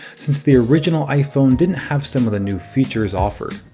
since the original iphone didn't have some of the new features offered.